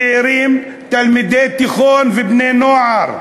מצעירים, תלמידי תיכון ובני-נוער.